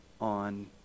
on